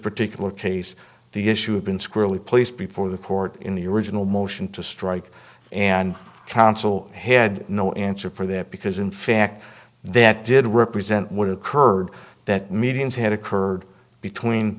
particular case the issue have been squarely placed before the court in the original motion to strike and counsel had no answer for that because in fact that did represent what occurred that meetings had occurred between